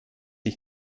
ich